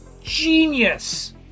Genius